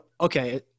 okay-